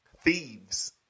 thieves